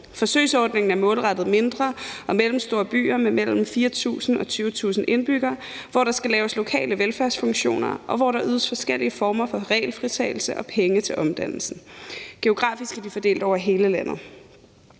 Forsøgsordningen er målrettet mindre og mellemstore byer med mellem 4.000 og 20.000 indbyggere, hvor der skal laves lokale velfærdsfunktioner, og hvor der ydes forskellige former for regelfritagelse og penge til omdannelsen. Geografisk er de fordelt over hele landet.